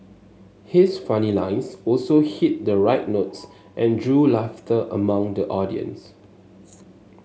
his funny lines also hit the right notes and drew laughter among the audience